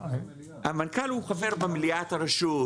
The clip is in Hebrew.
המנכ"ל הוא חבר במליאת הרשות.